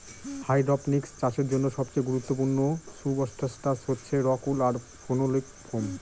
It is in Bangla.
হাইড্রপনিক্স চাষের জন্য সবচেয়ে গুরুত্বপূর্ণ সুবস্ট্রাটাস হচ্ছে রক উল আর ফেনোলিক ফোম